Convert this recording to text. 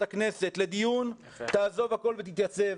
הכנסת לדיון תעזוב הכול ותתייצב.